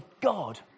God